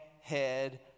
head